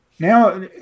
Now